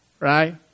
right